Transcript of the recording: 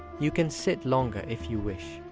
you can sit longer if you wish.